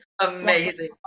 Amazing